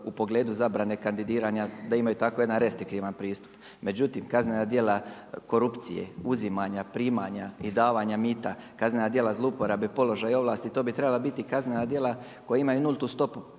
u pogledu zabrane kandidiranja, da imaju tako jedan restriktivan pristup. Međutim, kaznena djela korupcije, uzimanja, primanja i davanja mita, kaznena djela zloupotrebe položaja i ovlasti to bi trebala biti kaznena djela koja imaju nultu stopu